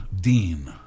Dean